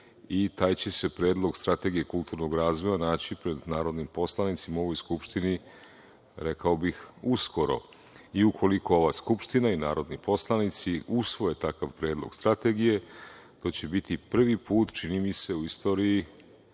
i taj će se Predlog strategije kulturnog razvoja naći pred narodnim poslanicima u ovoj Skupštini, rekao bih, uskoro. Ukoliko ova Skupština i narodni poslanici usvoje takav Predlog strategije, to će biti prvi put, čini mi se, u istoriji,